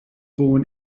born